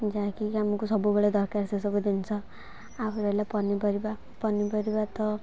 ଯାହାକି ଆମକୁ ସବୁବେଳେ ଦରକାର ସେସବୁ ଜିନିଷ ଆଉ ହେଲା ପନିପରିବା ପନିପରିବା ତ